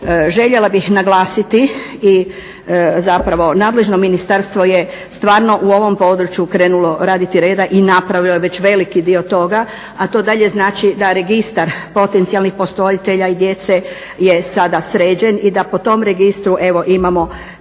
željela bih naglasiti i zapravo nadležno ministarstvo je stvarno u ovom području krenulo raditi reda i napravilo je već veliki dio toga, a to dalje znači da registar potencijalnih posvojitelja i djece je sada sređen i da po tom registru evo imamo